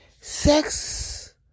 sex